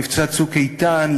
במבצע "צוק איתן",